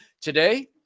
Today